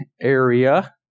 area